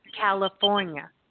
California